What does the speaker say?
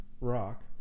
Rock